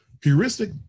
Heuristic